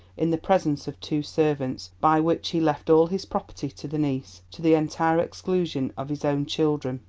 in the presence of two servants, by which he left all his property to the niece, to the entire exclusion of his own children.